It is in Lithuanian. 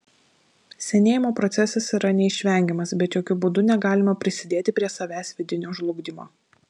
senėjimo procesas yra neišvengiamas bet jokiu būdu negalima prisidėti prie savęs vidinio žlugdymo